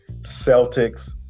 Celtics